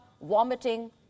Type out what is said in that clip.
vomiting